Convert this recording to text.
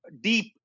deep